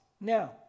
Now